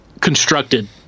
constructed